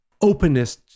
openness